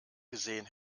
gesehen